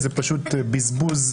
זה פשוט בזבוז.